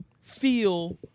feel